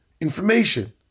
information